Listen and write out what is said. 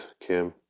Kim